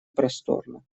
просторно